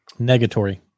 Negatory